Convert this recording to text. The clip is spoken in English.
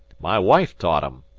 my wife taught em.